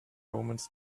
omens